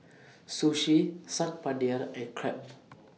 Sushi Saag Paneer and Crepe